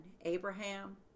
Abraham